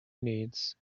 needs